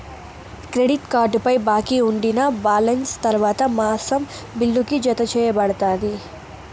credit కార్డుపై బాకీ ఉండినా బాలెన్స్ తర్వాత మాసం బిల్లుకి, జతచేయబడతాది